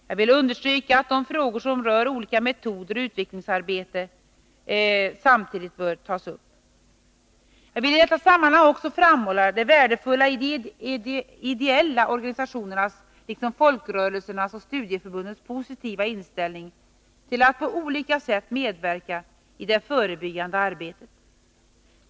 Jag vill understryka att frågor som rör olika metoder och utvecklingsarbete samtidigt bör tas upp. Jag vill i detta sammanhang också framhålla det värdefulla i de ideella organisationernas liksom folkrörelsernas och studieförbundens positiva inställning till att på olika sätt medverka i det förebyggande arbetet.